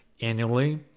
annually